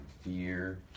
fear